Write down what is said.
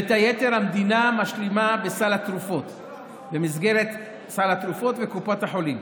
ואת היתר המדינה משלימה במסגרת סל התרופות וקופות החולים,